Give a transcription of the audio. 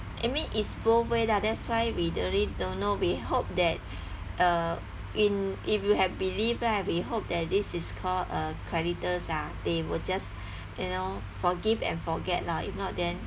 I mean it's both way lah that's why we really don't know we hope that uh in if you have belief we hope that this is called uh creditors lah they will just you know forgive and forget lor if not then